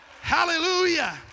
Hallelujah